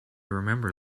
remember